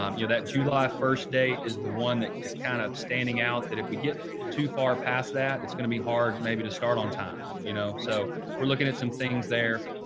um you know, that july first date is the one that is kind of standing out that if we get too far past that, it's going to be hard maybe to start on time, you know. so, we're looking at some things there.